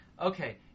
Okay